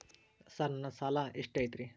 Sir ನನ್ನ ಸಾಲಾ ಎಷ್ಟು ಐತ್ರಿ?